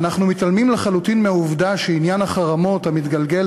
אנחנו מתעלמים לחלוטין מהעובדה שעניין החרמות המתגלגל